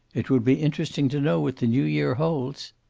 it would be interesting to know what the new-year holds.